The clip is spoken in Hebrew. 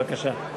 בבקשה.